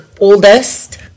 oldest